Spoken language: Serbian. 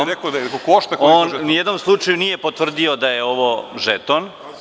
On ni u jednom slučaju nije potvrdio da je ovo žeton.